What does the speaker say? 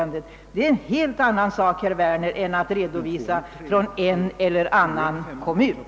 Detta är en helt annan sak, herr Werner, än att redovisa förhållandena i en och annan kommun.